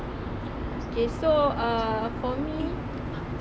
so uh for me